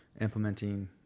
implementing